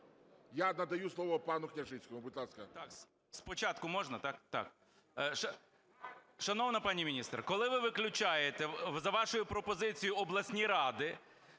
Я надаю слово пану Княжицькому. Будь ласка.